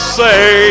say